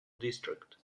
district